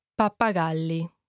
Pappagalli